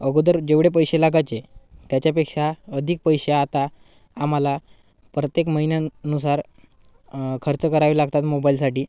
अगोदर जेवढे पैसे लागाचे त्याच्यापेक्षा अधिक पैसे आता आम्हाला प्रत्येक महिन्यानुसार खर्च करावे लागतात मोबाईलसाठी